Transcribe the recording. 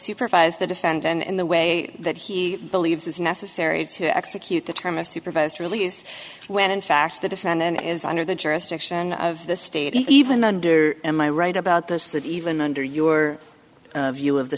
supervise the defendant in the way that he believes is necessary to execute the term of supervised release when in fact the defendant is under the jurisdiction of the state even under am i right about this that even under your view of the